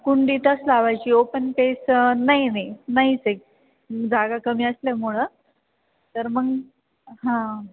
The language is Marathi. कुंडीतच लावायची ओपन पेस नाही नाही नाहीच आहे जागा कमी असल्यामुळं तर मग हां